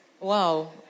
Wow